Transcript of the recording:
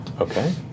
Okay